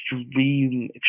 extreme